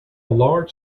large